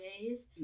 days